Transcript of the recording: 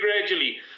gradually